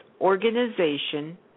organization